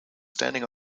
standing